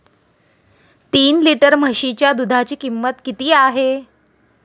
तीन लिटर म्हशीच्या दुधाची किंमत किती आहे?